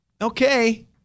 Okay